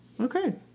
Okay